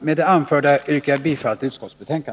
Med det anförda yrkar jag bifall till utskottets hemställan.